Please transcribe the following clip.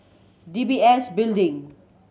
D B S Building